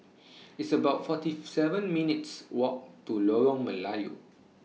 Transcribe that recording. It's about forty seven minutes' Walk to Lorong Melayu